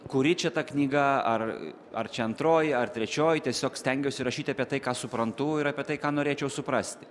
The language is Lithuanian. kuri čia ta knyga ar ar čia antroji ar trečioji tiesiog stengiuosi rašyti apie tai ką suprantu ir apie tai ką norėčiau suprasti